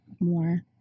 more